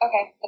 Okay